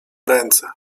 ręce